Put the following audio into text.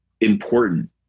important